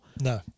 No